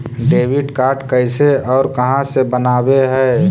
Debit card कैसे और कहां से बनाबे है?